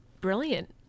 brilliant